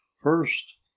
first